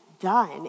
done